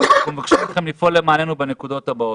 אנחנו מבקשים מכם לפעול למעננו בנקודות הבאות: